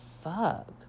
fuck